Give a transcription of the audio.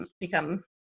become